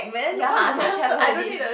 ya I just traveled already